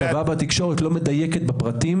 לפעמים זה לא מדייק בפרטים.